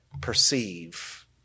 perceive